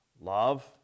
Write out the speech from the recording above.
love